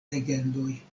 legendoj